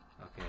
Okay